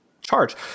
charge